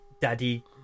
daddy